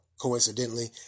coincidentally